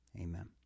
amen